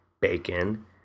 bacon